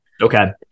Okay